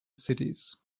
cities